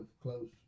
close